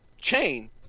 chain